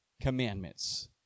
commandments